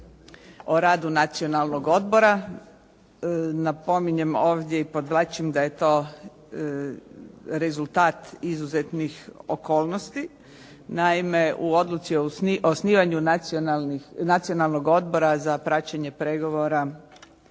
o radu Nacionalnog odbora. Napominjem ovdje i podvlačim da je to rezultat izuzetnih okolnosti. Naime, u odluci o osnivanju Nacionalnog odbora za praćenje pregovora